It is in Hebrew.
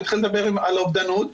הוא התחיל לדבר על אובדנות,